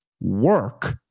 work